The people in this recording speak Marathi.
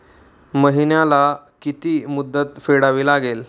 महिन्याला किती मुद्दल फेडावी लागेल?